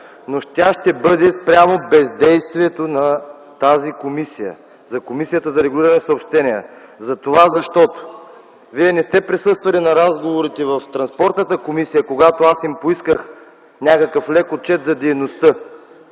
Но тя ще бъде спрямо бездействието на тази комисия – Комисията за регулиране на съобщенията. Вие не сте присъствали на разговорите на Транспортната комисия, когато аз им поисках някакъв лек отчет за дейността.